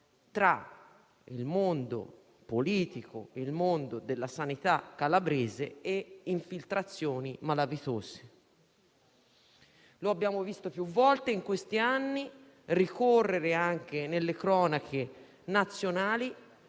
tra il mondo politico, quello della sanità calabrese e infiltrazioni malavitose. Lo abbiamo visto più volte, in questi anni, ricorrere anche nelle cronache nazionali.